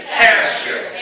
pasture